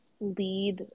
lead